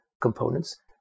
components